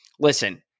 listen